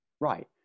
Right